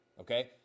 okay